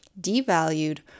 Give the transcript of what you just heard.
devalued